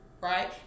Right